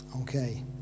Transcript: Okay